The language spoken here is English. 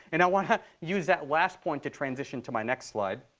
and i want to use that last point to transition to my next slide,